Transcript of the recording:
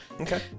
Okay